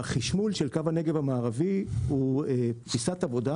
החשמול של קו הנגב המערבי הוא פיסת עבודה